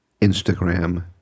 Instagram